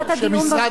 שמשרד האוצר,